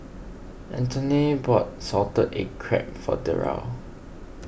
Anthoney bought Salted Egg Crab for Derald